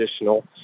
additional